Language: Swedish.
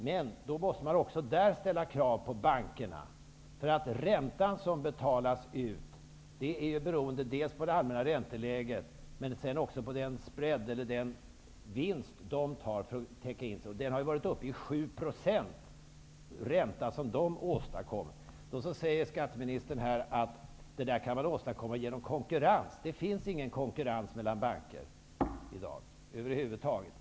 Men även där måste man ställa krav på bankerna, för den ränta som betalas ut beror dels på det allmänna ränteläget, dels på den vinst som de vill ha täckning för. Den ränta som de åstadkommer har varit uppe i 7 %. Skatteministern säger här att man kan åstadkomma en förändring genom konkurrens. Det finns ingen konkurrens mellan banker i dag över huvud taget.